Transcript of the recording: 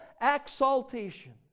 exaltation